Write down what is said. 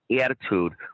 attitude